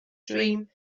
dream